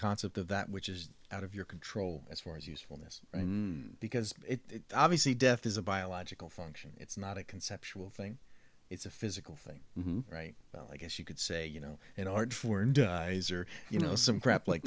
concept of that which is out of your control as far as usefulness because it obviously death is a biological function it's not a conceptual thing it's a physical thing right well i guess you could say you know an art form or you know some crap like